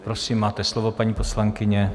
Prosím, máte slovo, paní poslankyně.